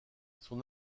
son